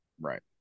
Right